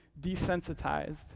desensitized